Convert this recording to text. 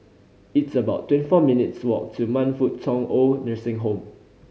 it's about twenty four minutes' walk to Man Fut Tong OId Nursing Home